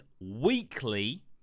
weekly